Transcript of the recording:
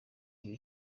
iyo